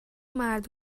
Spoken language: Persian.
مرد